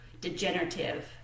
degenerative